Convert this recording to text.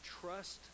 trust